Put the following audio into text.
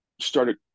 started